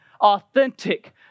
authentic